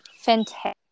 Fantastic